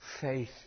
faith